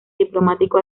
diplomático